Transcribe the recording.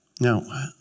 Now